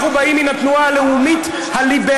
אנחנו באים מן התנועה הלאומית הליברלית,